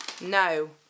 No